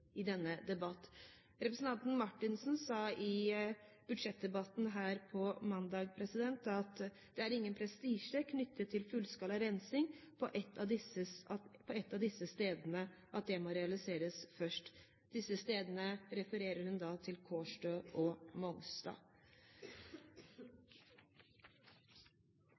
denne debatten. Representanten Marthinsen sa i budsjettdebatten her på mandag at «det er ingen prestisje knyttet til at fullskala rensing på et av disse stedene må realiseres først». Når det gjelder «disse stedene», refererer hun da til Kårstø og